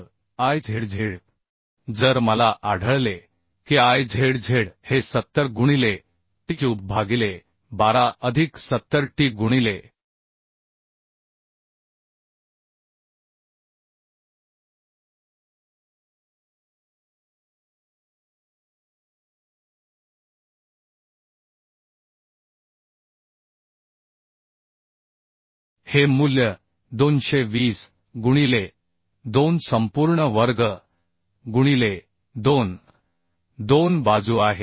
तर I zz जर मला आढळले की I zz हे 70 गुणिले t क्यूब भागिले 12 अधिक 70 t गुणिलेहे मूल्य 220 गुणिले 2 संपूर्ण वर्ग गुणिले 22 बाजू आहे